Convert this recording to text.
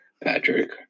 Patrick